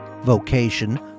vocation